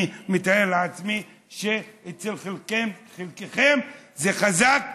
אני מתאר לעצמי שאצלכם זה חזק ומדבר: